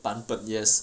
版本 yes